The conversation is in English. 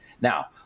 now